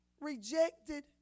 rejected